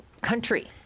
country